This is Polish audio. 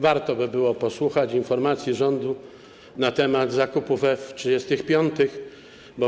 Warto by było posłuchać informacji rządu na temat zakupu F-35.